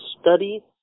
study